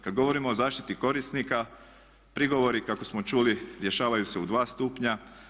Kad govorimo o zaštiti korisnika prigovori kako smo čuli rješavaju se u dva stupnja.